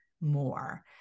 more